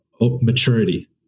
Maturity